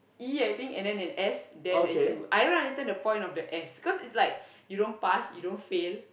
E I think and then an S then a U I don't understand the point of the S because it's like you don't pass you don't fail